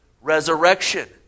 resurrection